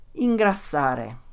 Ingrassare